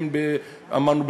אמרנו,